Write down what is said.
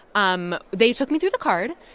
um they took me through the card.